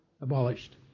abolished